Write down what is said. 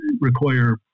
require